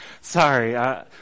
sorry